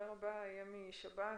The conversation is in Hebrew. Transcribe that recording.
יהיה משב"ס,